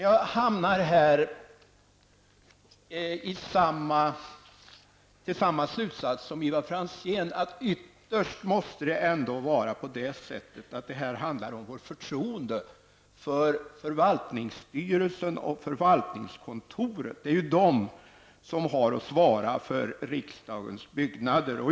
Jag har kommit fram till samma slutsats som Ivar Franzén, nämligen att detta handlar ändå ytterst om vårt förtroende för förvaltningsstyrelsen och förvaltningskontoret. Det är de som har att svara för byggnader.